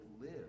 live